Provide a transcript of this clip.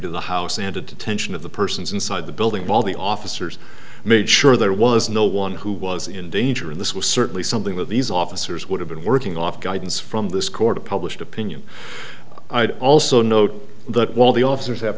to the house and attention of the persons inside the building while the officers made sure there was no one who was in danger in this was certainly something that these officers would have been working off guidance from this court a published opinion i'd also note that while the officers have